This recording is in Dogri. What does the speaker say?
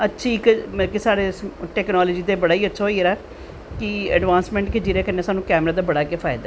अच्छी मतलव कि साढ़े इक टैकनॉलजी ते इक बड़ा गै अच्छा होई गेदा ऐ कि अड़वांसमैट कि जेह्दे कन्नैं कैमरे दा असेंगी बड़ा गै फायदा ऐ